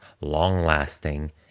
long-lasting